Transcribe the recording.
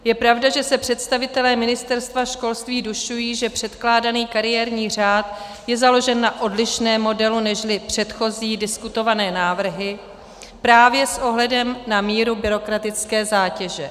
Je pravda, že se představitelé Ministerstva školství dušují, že předkládaný kariérní řád je založen na odlišném modelu nežli předchozí diskutované návrhy právě s ohledem na míru byrokratické zátěže.